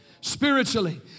Spiritually